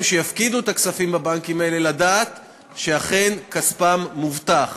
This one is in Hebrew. שיפקידו את הכספים בבנקים האלה לדעת שאכן כספם מובטח.